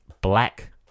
Black